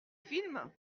films